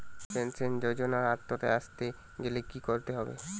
Pension যজোনার আওতায় আসতে গেলে কি করতে হবে?